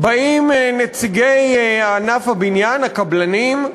באים נציגי ענף הבניין, הקבלנים,